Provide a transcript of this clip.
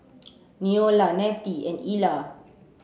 Neola Nettie and Ila